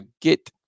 get